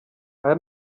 aya